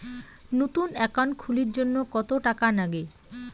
নতুন একাউন্ট খুলির জন্যে কত টাকা নাগে?